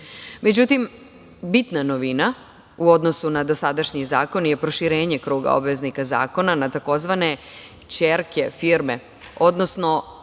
zbiru.Međutim, bitna novina u odnosu na dosadašnji zakon je proširenje kruga obveznika zakona na takozvane ćerke firme, odnosno